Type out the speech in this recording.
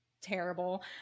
terrible